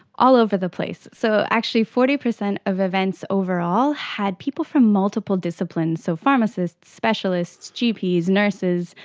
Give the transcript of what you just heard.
all over the place. so actually forty percent of events overall had people from multiple disciplines, so pharmacists, specialists, gps, nurses,